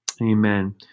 Amen